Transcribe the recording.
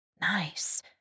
Nice